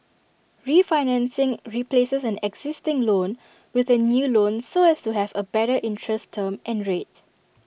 refinancing replaces an existing loan with A new loan so as to have A better interest term and rate